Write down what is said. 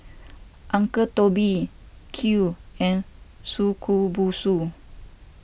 Uncle Toby Qoo and Shokubutsu